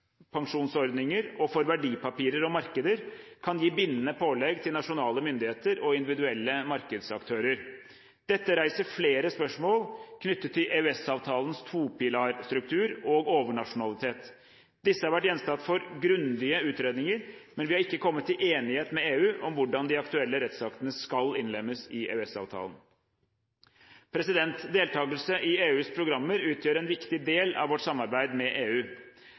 og for verdipapirer og markeder kan gi bindende pålegg til nasjonale myndigheter og individuelle markedsaktører. Dette reiser flere spørsmål knyttet til EØS-avtalens to-pilarstruktur og overnasjonalitet. Disse har vært gjenstand for grundige utredninger, men vi har ikke kommet til enighet med EU om hvordan de aktuelle rettsaktene skal innlemmes i EØS-avtalen. Deltakelse i EUs programmer utgjør en viktig del av vårt samarbeid med EU.